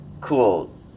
cool